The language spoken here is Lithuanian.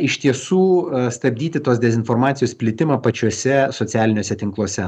iš tiesų stabdyti tos dezinformacijos plitimą pačiuose socialiniuose tinkluose